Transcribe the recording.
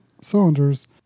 cylinders